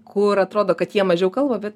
kur atrodo kad jie mažiau kalba bet